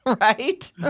right